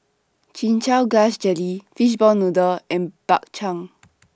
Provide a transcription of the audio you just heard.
Chin Chow Grass Jelly Fishball Noodle Soup and Bak Chang